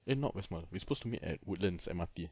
eh not west mall we're supposed to meet at woodlands M_R_T